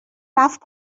رفت